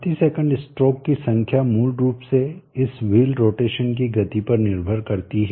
प्रति second stroke की संख्या मूल रूप से इस व्हील रोटेशन की गति पर निर्भर करती है